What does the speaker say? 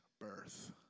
birth